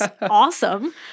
awesome